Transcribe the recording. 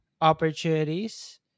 opportunities